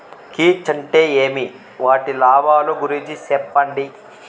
కీచ్ అంటే ఏమి? వాటి లాభాలు గురించి సెప్పండి?